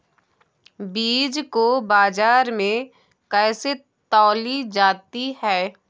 बीज को बाजार में कैसे तौली जाती है?